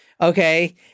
Okay